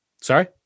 sorry